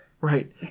right